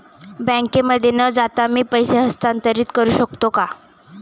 बँकेमध्ये न जाता मी पैसे हस्तांतरित करू शकतो का?